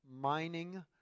mining